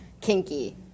kinky